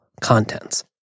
contents